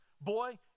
boy